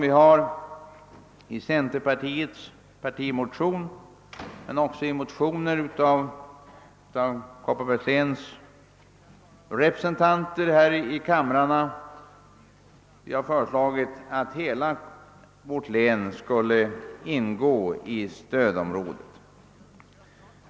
I centérns partimotion samt i motioner från oss representanter för Kopparbergs län här i riksdagen har föreslagits att hela Kopparbergs län skall ingå i stödområdet.